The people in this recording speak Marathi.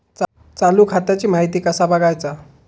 चालू खात्याची माहिती कसा बगायचा?